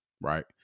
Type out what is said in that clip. right